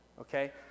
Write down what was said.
okay